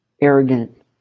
arrogant